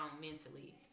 mentally